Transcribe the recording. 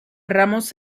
ramos